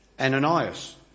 Ananias